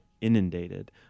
inundated